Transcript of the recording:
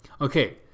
Okay